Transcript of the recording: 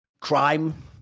crime